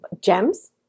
gems